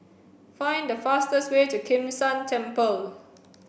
find the fastest way to Kim San Temple